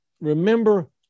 remember